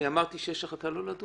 אני אמרתי שיש החלטה לא לדון?